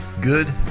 good